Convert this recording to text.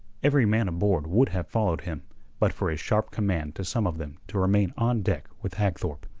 every man aboard would have followed him but for his sharp command to some of them to remain on deck with hagthorpe.